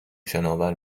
شناور